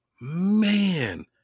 man